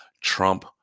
Trump